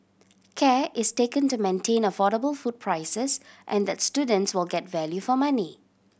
care is taken to maintain affordable food prices and that students will get value for money